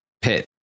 pit